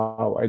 Wow